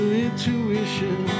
intuition